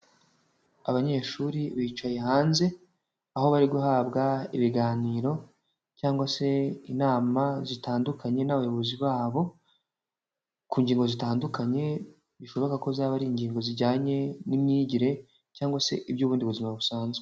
Abanyeshuri bicaye hanze, aho bari guhabwa ibiganiro, cyangwa se inama zitandukanye n'abayobozi babo. Ku ngingo zitandukanye, bishoboka ko zaba ari ingingo zijyanye n'imyigire, cyangwa se iby'ubundi buzima busanzwe.